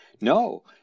No